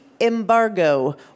embargo